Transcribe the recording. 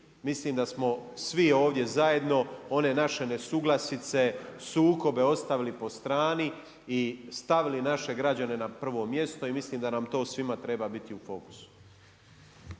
mislim da smo svi ovdje zajedno, one naše nesuglasice, sukobe ostavili po strani i stavili naše građane na prvo mjesto i mislim da nam to svima treba biti u fokusu.